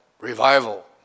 revival